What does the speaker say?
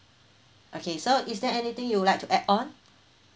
okay so is there anything you would like to add on